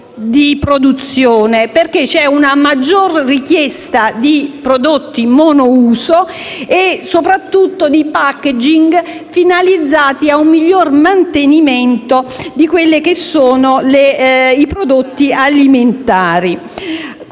di produzione, perché c'è una maggiore richiesta di prodotti monouso e soprattutto di *packaging* finalizzati a un miglior mantenimento dei prodotti alimentari.